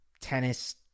tennis